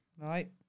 Right